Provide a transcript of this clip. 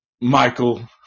Michael